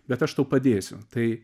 bet aš tau padėsiu tai